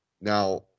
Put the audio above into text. now